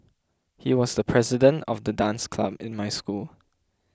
he was the president of the dance club in my school